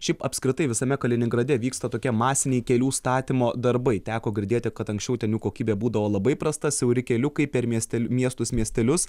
šiaip apskritai visame kaliningrade vyksta tokie masiniai kelių statymo darbai teko girdėti kad anksčiau ten jų kokybė būdavo labai prasta siauri keliukai per miesteliu miestus miestelius